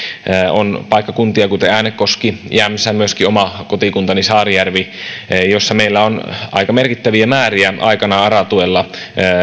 on paikkakuntia kuten äänekoski jämsä myöskin oma kotikuntani saarijärvi joissa meillä on aika merkittäviä määriä aikanaan ara tuella